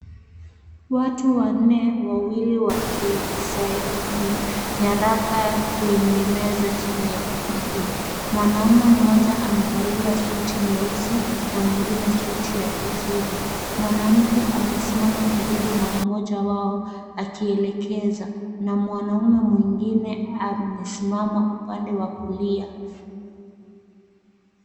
Watu wanne wawili wakisaini nyaraka kwenye meza chenye nyeupe. Mwanaume mmoja amevalia suti nyeusi na mwingine suti ya kijivu. Mwanamke amesimama karibu na mmoja wao akielekeza na mwanaume mwingine amesimama upande wa kulia.